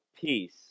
peace